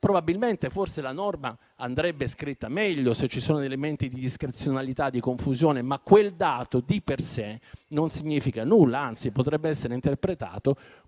probabilmente, la norma andrebbe scritta meglio, se ci sono elementi di discrezionalità e di confusione, ma quel dato di per sé non significa nulla, anzi potrebbe essere interpretato